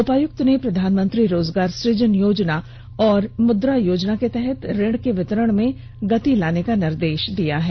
उपायुक्त ने प्रधानमंत्री रोजगार सुजन योजना और मुद्रा योजना के तहत ऋण के वितरण में गति लाने का निर्देश दिया है